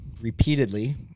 repeatedly